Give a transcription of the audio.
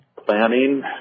Planning